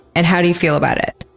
and how do you feel about it?